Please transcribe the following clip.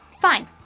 Fine